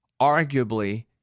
arguably